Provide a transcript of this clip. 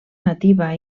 nativa